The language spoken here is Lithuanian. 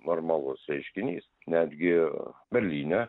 normalus reiškinys netgi berlyne